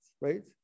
right